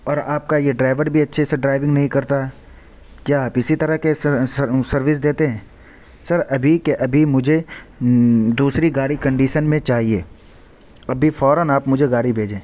اور آپ کا یہ ڈرائیو بھی اچھے سے ڈرائیونگ نہیں کرتا ہے کیا آپ اِسی طرح کے سروس دیتے ہیں سر ابھی کے ابھی مجھے دوسری گاڑی کنڈیشن میں چاہیے ابھی فوراً آپ مجھے گاڑی بھیجیں